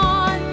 on